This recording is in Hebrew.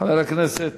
חבר הכנסת